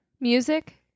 Music